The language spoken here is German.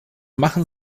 machen